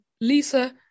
Lisa